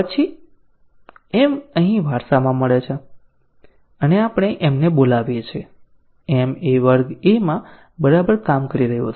પછી m અહીં વારસામાં મળે છે અને આપણે m ને બોલાવીએ છીએ m એ વર્ગ A માં બરાબર કામ કરી રહ્યું હતું